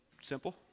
Simple